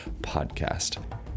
podcast